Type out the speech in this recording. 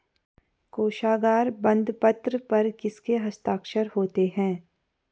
कोशागार बंदपत्र पर किसके हस्ताक्षर होते हैं?